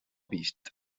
vist